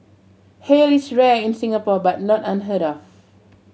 hail is rare in Singapore but not unheard of